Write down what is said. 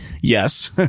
yes